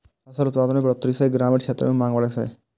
फसल उत्पादन मे बढ़ोतरी सं ग्रामीण क्षेत्र मे मांग बढ़ै छै